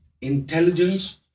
intelligence